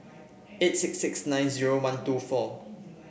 eight six six nine zero one two four